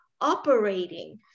operating